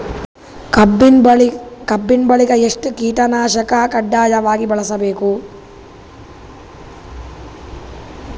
ಕಬ್ಬಿನ್ ಬೆಳಿಗ ಎಷ್ಟ ಕೀಟನಾಶಕ ಕಡ್ಡಾಯವಾಗಿ ಬಳಸಬೇಕು?